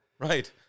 Right